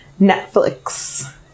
Netflix